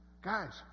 Guys